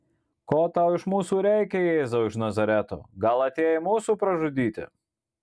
ko tau iš mūsų reikia jėzau iš nazareto gal atėjai mūsų pražudyti